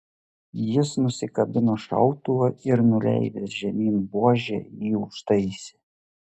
jis nusikabino šautuvą ir nuleidęs žemyn buožę jį užtaisė